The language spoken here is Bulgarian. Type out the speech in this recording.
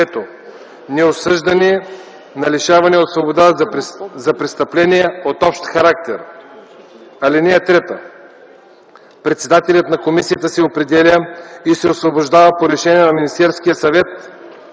неосъждани на лишаване от свобода за престъпления от общ характер. (3) Председателят на комисията се определя и се освобождава по решение на Министерския съвет